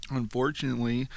unfortunately